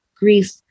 Grief